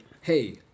hey